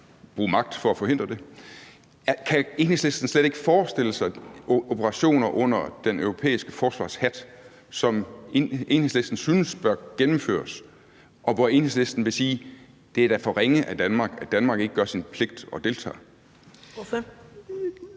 kan Enhedslisten så slet ikke forestille sig operationer under den europæiske forsvarshat, som Enhedslisten synes bør gennemføres, og hvor Enhedslisten vil sige, at det da er for ringe af Danmark, at Danmark ikke gør sin pligt og deltager?